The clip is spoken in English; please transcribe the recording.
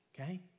okay